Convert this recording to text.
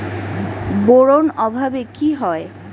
Boron অভাবে কি হয়?